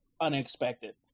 unexpected